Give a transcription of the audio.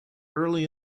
early